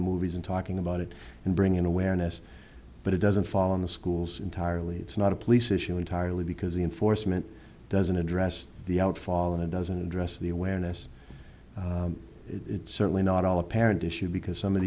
the movies and talking about it and bringing awareness but it doesn't fall in the schools entirely it's not a police issue entirely because the enforcement doesn't address the outfall and it doesn't address the awareness it's certainly not all apparent issue because some of